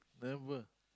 never